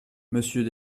monsieur